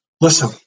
Listen